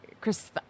Chris